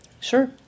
Sure